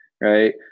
right